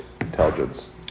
intelligence